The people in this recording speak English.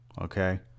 Okay